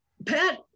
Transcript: Pat